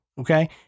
Okay